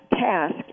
task